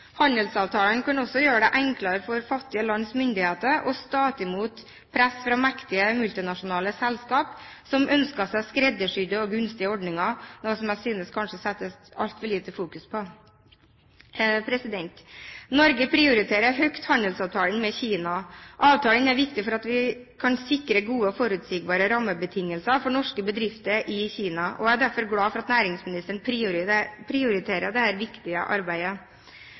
også gjøre det enklere for fattige lands myndigheter å stå imot press fra mektige multinasjonale selskap som ønsker seg skreddersydde og gunstige ordninger, noe som jeg synes det kanskje settes altfor lite fokus på. Norge prioriterer høyt handelsavtalen med Kina. Avtalen er viktig for at vi kan sikre gode og forutsigbare rammebetingelser for norske bedrifter i Kina. Jeg er derfor glad for at næringsministeren prioriterer dette viktige arbeidet.